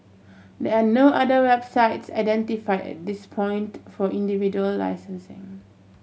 there are no other websites identify at this point for individual licensing